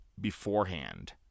beforehand